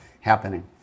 happening